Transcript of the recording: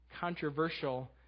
controversial